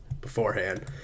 beforehand